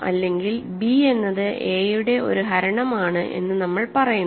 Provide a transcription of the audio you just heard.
അല്ലെങ്കിൽ b എന്നത് a യുടെ ഒരു ഹരണമാണ് എന്ന് നമ്മൾ പറയുന്നു